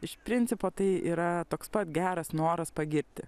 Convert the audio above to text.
iš principo tai yra toks pat geras noras pagirti